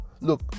look